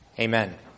Amen